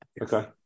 Okay